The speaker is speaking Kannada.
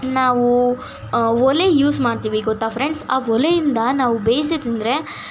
ನಾವೂ ಒಲೆ ಯೂಸ್ ಮಾಡ್ತೀವಿ ಗೊತ್ತ ಫ್ರೆಂಡ್ಸ್ ಆ ಒಲೆಯಿಂದ ನಾವು ಬೇಯಿಸಿ ತಿಂದರೆ